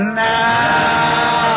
now